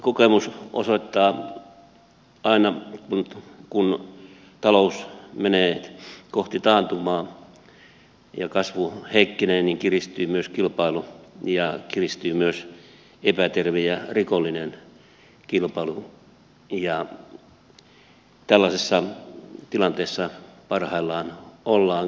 kokemus osoittaa aina että kun talous menee kohti taantumaa ja kasvu heikkenee niin kiristyy myös kilpailu ja kiristyy myös epäterve ja rikollinen kilpailu ja tällaisessa tilanteessa parhaillaan ollaan